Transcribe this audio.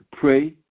pray